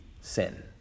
sin